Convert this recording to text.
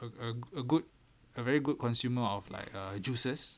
err a good a very good consumer of like err juices